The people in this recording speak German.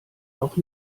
noch